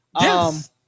Yes